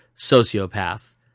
sociopath